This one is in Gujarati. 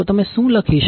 તો તમે શું લખી શકો